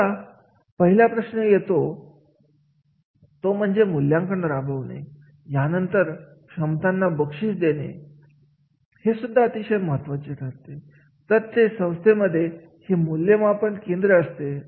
आता पहिला प्रश्न येतो तो म्हणजे मूल्यांकन राबवणे यानंतर क्षमतांना बक्षीस देणे हे सुद्धा अतिशय महत्त्वाचे ठरते तर ते संस्थांमध्ये हे मूल्यमापन केंद्र असते